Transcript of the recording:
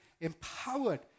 empowered